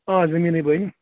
آ زٔمیٖن ہے بَنہِ